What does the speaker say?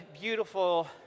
beautiful